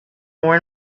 more